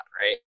Right